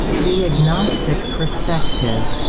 the agnostic perspective,